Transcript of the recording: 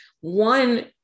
One